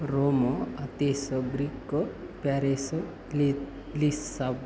Rome Athens greek Paris Lisbon